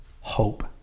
hope